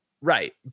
Right